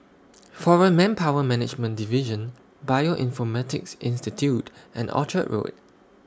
Foreign Manpower Management Division Bioinformatics Institute and Orchard Road